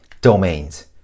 domains